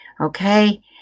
okay